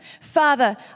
Father